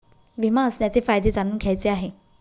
विमा असण्याचे फायदे जाणून घ्यायचे आहे